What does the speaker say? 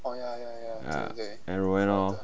ya and roanne lor